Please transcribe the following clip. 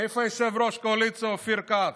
איפה יושב-ראש הקואליציה אופיר כץ?